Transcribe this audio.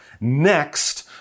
next